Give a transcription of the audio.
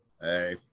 Hey